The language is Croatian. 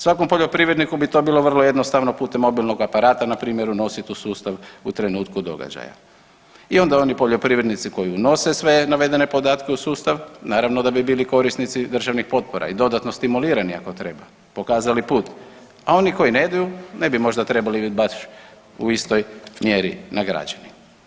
Svakom poljoprivredniku bi to bilo vrlo jednostavno putem mobilnog aparata npr. unositi u sustav u trenutku događaja i onda oni poljoprivrednici koji unose sve navedene podatke u sustav, naravno da bi bili korisnici državnih potpora i dodatno stimulirani ako treba, pokazali put, a oni koji ne idu, ne bi možda trebali baš u istoj mjeri nagrađeni.